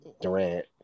Durant